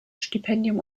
stipendium